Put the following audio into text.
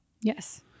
Yes